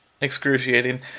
excruciating